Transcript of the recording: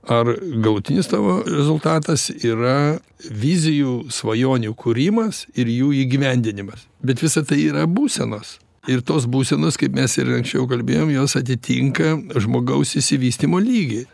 ar galutinis tavo rezultatas yra vizijų svajonių kūrimas ir jų įgyvendinimas bet visa tai yra būsenos ir tos būsenos kaip mes ir anksčiau kalbėjom jos atitinka žmogaus išsivystymo lygį